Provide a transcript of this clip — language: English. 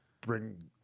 bring